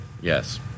Yes